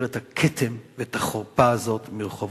את הכתם ואת החרפה הזאת מרחובותינו.